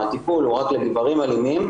הטיפול הוא רק לגברים אלימים